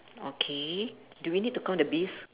okay do we need to count the bees